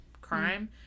crime